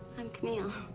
i'm camille.